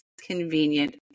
convenient